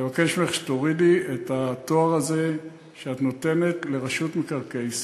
לבקש ממך שתורידי את התואר הזה שאת נותנת לרשות מקרקעי ישראל.